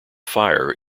fire